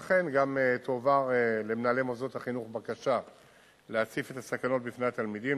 לכן גם תועבר למנהלי מוסדות החינוך בקשה להציף את הסכנות בפני התלמידים,